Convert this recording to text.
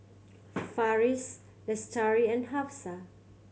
Farish Lestari and Hafsa